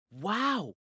Wow